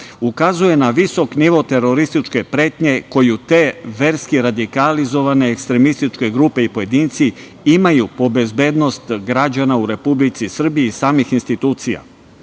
ukazuje na visok nivo terorističke pretnje koju te verski radikalizovane ekstremističke grupe i pojedinci imaju po bezbednost građana u Republici Srbiji i samih institucija.